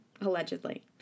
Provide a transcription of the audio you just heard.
allegedly